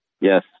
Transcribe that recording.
Yes